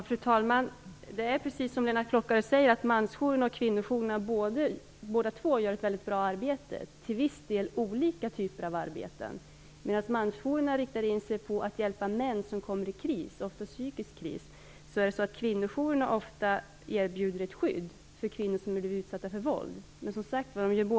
Fru talman! Det är precis som Lennart Klockare säger, att både mansjourerna och kvinnojourerna gör ett väldigt bra arbete. Det är till viss del olika typer av arbeten. Medan mansjourerna riktar in sig på att hjälpa män som kommer i kris, ofta psykisk kris, erbjuder kvinnojourerna ofta ett skydd för kvinnor som blivit utsatta för våld.